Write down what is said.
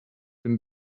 been